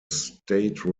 state